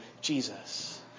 Jesus